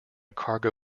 cargo